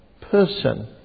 person